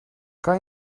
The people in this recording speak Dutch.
kan